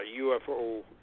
UFO